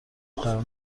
قرار